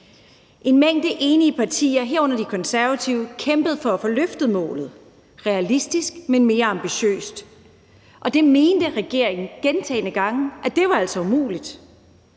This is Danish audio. En mængde enige partier, herunder De Konservative, kæmpede for at få løftet målet – realistisk, men mere ambitiøst – og det mente regeringen altså gentagne gange var umuligt.